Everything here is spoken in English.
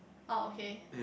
oh okay